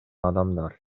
адамдар